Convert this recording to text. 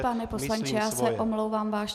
Pane poslanče, já se omlouvám, váš čas.